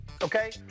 Okay